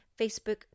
Facebook